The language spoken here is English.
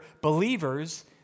believers